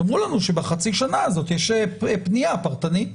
תאמרו לנו שבחצי השנה הזו יש פנייה פרטנית.